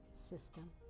system